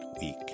week